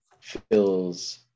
feels